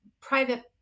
private